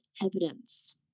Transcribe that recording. evidence